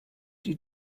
die